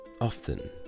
often